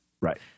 Right